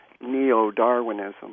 Neo-Darwinism